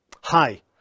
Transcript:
hi